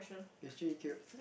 is Jun-Yi cute